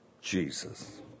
Jesus